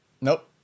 nope